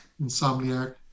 Insomniac